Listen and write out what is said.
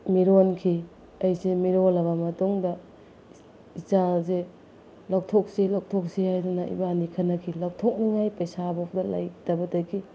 ꯃꯤꯔꯣꯟꯈꯤ ꯑꯩꯁꯦ ꯃꯤꯔꯣꯜꯂꯕ ꯃꯇꯨꯡꯗ ꯏꯆꯥꯁꯦ ꯂꯧꯊꯣꯛꯁꯤ ꯂꯧꯊꯣꯛꯁꯤ ꯍꯥꯏꯗꯅ ꯏꯕꯥꯟꯅꯤ ꯈꯟꯅꯈꯤ ꯂꯧꯊꯣꯛꯅꯤꯡꯉꯥꯏ ꯄꯩꯁꯥ ꯐꯥꯎꯗ ꯂꯩꯇꯕꯗꯒꯤ